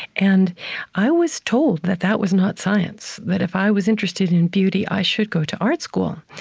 and i was told that that was not science, that if i was interested in beauty, i should go to art school